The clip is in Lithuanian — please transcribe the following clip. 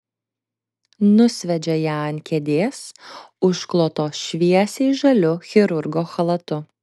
nusviedžia ją ant kėdės užklotos šviesiai žaliu chirurgo chalatu